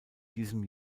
diesem